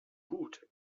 gut